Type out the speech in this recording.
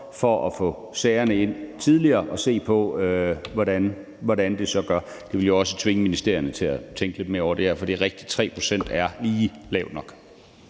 for at få sagerne ind tidligere, og hvordan det så forholder sig. Det vil jo også tvinge ministerierne til at tænke lidt mere over det her. For det er rigtigt, at 3 pct. lige er lavt nok.